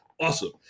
Awesome